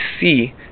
see